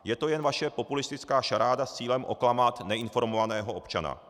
Je to jen vaše populistická šaráda s cílem oklamat neinformovaného občana.